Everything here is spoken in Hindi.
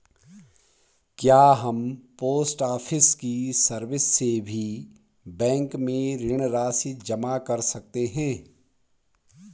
क्या हम पोस्ट ऑफिस की सर्विस से भी बैंक में ऋण राशि जमा कर सकते हैं?